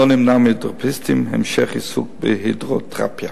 לא נמנע מהידרותרפיסטים המשך עיסוק בהידרותרפיה.